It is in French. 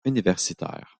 universitaire